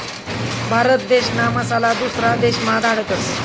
भारत देशना मसाला दुसरा देशमा धाडतस